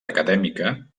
acadèmica